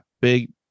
big